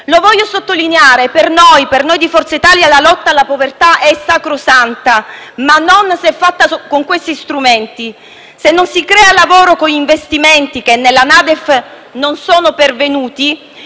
Voglio sottolineare che per noi di Forza Italia la lotta alla povertà è sacrosanta, ma non se fatta con questi strumenti. Se non si crea lavoro con investimenti, che nella NADEF non sono pervenuti,